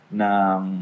ng